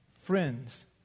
friends